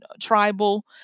tribal